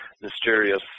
mysterious